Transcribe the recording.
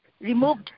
removed